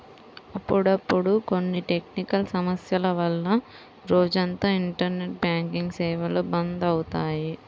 అప్పుడప్పుడు కొన్ని టెక్నికల్ సమస్యల వల్ల రోజంతా ఇంటర్నెట్ బ్యాంకింగ్ సేవలు బంద్ అవుతాయి